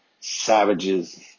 savages